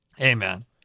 Amen